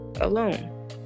alone